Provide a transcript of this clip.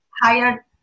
higher